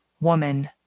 Woman